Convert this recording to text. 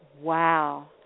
wow